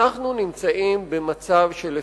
אנחנו נמצאים במצב של הפקרות.